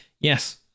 yes